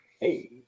Hey